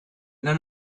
none